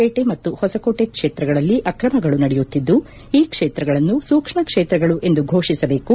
ಪೇಟಿ ಮತ್ತು ಹೊಸಕೋಟೆ ಕ್ಷೇತ್ರಗಳಲ್ಲಿ ಆಕ್ರಮಗಳು ನಡೆಯುತ್ತಿದ್ದು ಈ ಕ್ಷೇತ್ರಗಳನ್ನು ಸೂಕ್ಷ್ಮ ಕ್ಷೇತ್ರಗಳು ಎಂದು ಫೋಷಿಸಿಬೇಕು